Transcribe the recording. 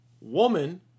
woman